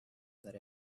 that